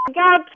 god